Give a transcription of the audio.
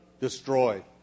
destroyed